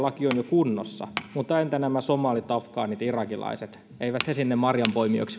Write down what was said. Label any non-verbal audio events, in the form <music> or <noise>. laki on jo kunnossa mutta entä nämä somalit afgaanit irakilaiset eivät he sinne marjanpoimijoiksi <unintelligible>